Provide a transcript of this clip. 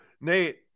Nate